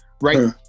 right